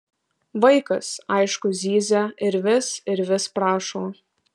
vaikas aišku zyzia ir vis ir vis prašo